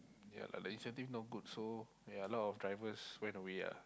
ya lah the incentive not good so ya a lot of drivers went away ah